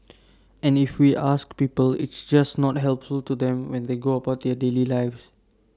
and if we ask people it's just not helpful to them when they go about their daily lives